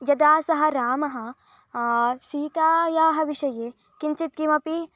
यदा सः रामः सीतायाः विषये किञ्चित् किमपि